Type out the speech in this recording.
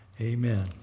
Amen